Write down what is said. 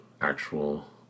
actual